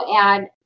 add